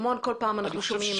כל פעם אנחנו שומעים,